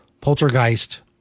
Poltergeist